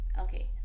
Okay